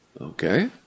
okay